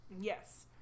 Yes